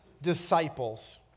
disciples